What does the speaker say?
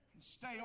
Stay